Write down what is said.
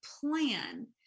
plan